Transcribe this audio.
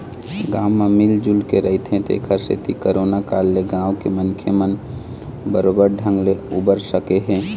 गाँव म मिल जुलके रहिथे तेखरे सेती करोना काल ले गाँव के मनखे मन बरोबर ढंग ले उबर सके हे